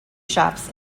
shops